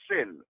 sin